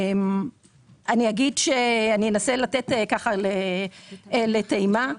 אני אנסה לתת טעימה.